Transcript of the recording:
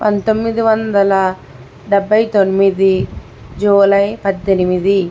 పంతొమ్మిది వందల డెభై తొమ్మిది జూలై పద్దెనిమిది